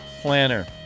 planner